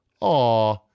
Aw